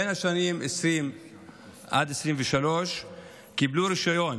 בשנים 2020 עד 2023 קיבלו רישיון,